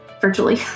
virtually